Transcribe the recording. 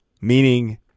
meaning